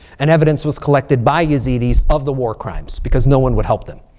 and evidence was collected by yazidis of the war crimes because no one would help them.